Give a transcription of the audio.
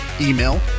email